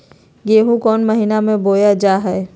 गेहूँ कौन महीना में बोया जा हाय?